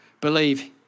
believe